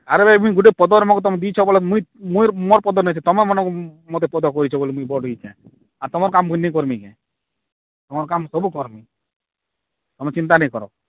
ଆରେ ଭାଇ ମୁଁ ଗୁଟେ ପଦର ମଗ ତୁମେ ଦିଅଛେ ବୋଲେ ମୁଇଁ ମୁଇଁ ମୋର ପଦ ନିଇଛେ ତୁମମାନଙ୍କ ମୋତେ ପଦ କହିଛ ବୋଲେ ମୁଇଁ ବଡ଼ ହେଇଛେ ଆର ତୁମର କାମ୍ ମୁଇଁ ନେଇ କର୍ମି କେଁ ତୁମର କାମ୍ ସବୁ କର୍ମି ତୁମେ ଚିନ୍ତା ନାଇଁ କର